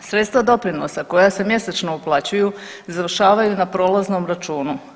Sredstva doprinosa koja se mjesečno uplaćuju izvršavaju na prolaznom računu.